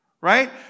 right